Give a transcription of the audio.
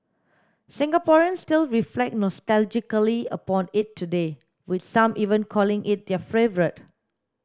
Singaporeans still reflect nostalgically upon it today with some even calling it their favourite